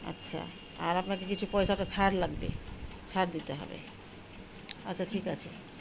আচ্ছা আর আপনাকে কিছু পয়সাটা ছাড় লাগবে ছাড় দিতে হবে আচ্ছা ঠিক আছে